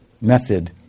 method